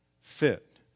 fit